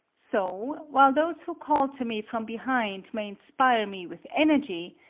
so, while those who call to me from behind may inspire me with energy,